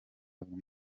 buri